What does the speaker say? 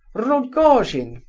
rogojin!